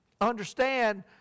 understand